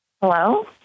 hello